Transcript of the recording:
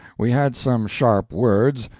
we had some sharp words,